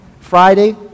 Friday